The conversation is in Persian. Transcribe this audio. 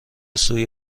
سوی